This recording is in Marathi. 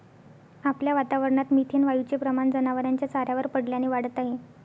आपल्या वातावरणात मिथेन वायूचे प्रमाण जनावरांच्या चाऱ्यावर पडल्याने वाढत आहे